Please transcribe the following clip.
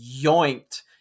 yoinked